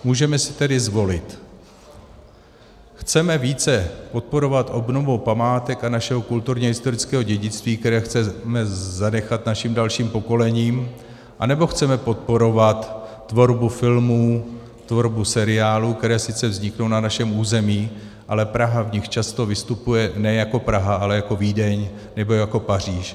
Můžeme si tedy zvolit: chceme více podporovat obnovu památek a našeho kulturněhistorického dědictví, které chceme zanechat našim dalším pokolením, anebo chceme podporovat tvorbu filmů, tvorbu seriálů, které sice vzniknou na našem území, ale Praha v nich často vystupuje ne jako Praha, ale jako Vídeň nebo jako Paříž?